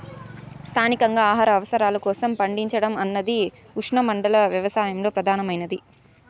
స్థానికంగా ఆహార అవసరాల కోసం పండించడం అన్నది ఉష్ణమండల వ్యవసాయంలో ప్రధానమైనది